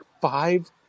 Five